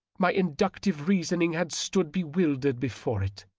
my inductive reasoning had stood bewildered before it.